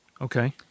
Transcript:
Okay